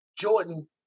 Jordan